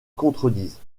contredisent